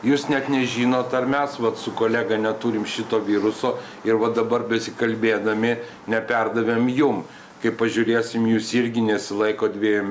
jūs net nežinot ar mes vat su kolega neturim šito viruso ir va dabar besikalbėdami neperdavėm jum kaip pažiūrėsim jūs irgi nesilaikot dvejų